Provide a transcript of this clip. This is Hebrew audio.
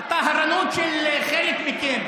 הטהרנות של חלק מכם,